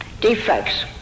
defects